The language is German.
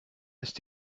ist